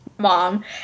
mom